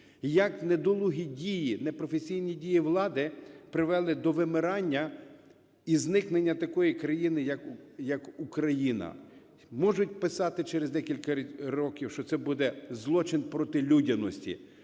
як недолугі дії, непрофесійні дії влади привели до вимирання і зникнення такої країни як Україна, можуть писати через декілька років, що це буде злочин проти людяності.